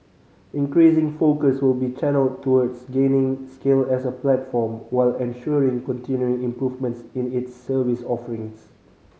increasing focus will be channelled towards gaining scale as a platform while ensuring continuing improvements in its service offerings